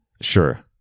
Sure